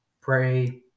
pray